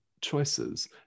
choices